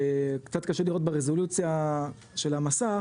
קצת קשה לראות ברזולוציה של המסך,